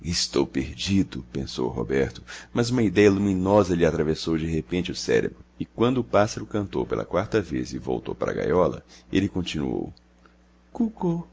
estou perdido pensou o roberto mas uma idéia luminosa lhe atravessou de repente o cérebro e quando o pássaro cantou pela quarta vez e voltou para a gaiola ele continuou cuco